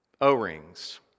O-rings